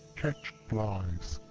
catch flies.